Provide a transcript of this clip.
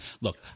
look